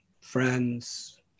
friends